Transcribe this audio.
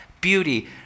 beauty